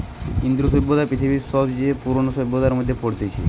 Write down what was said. ইন্দু সভ্যতা পৃথিবীর সবচে পুরোনো সভ্যতার মধ্যে পড়তিছে